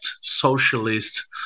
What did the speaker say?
socialist